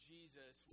Jesus